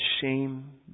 shame